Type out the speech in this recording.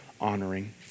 honoring